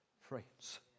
friends